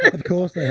of course they